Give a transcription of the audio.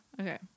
Okay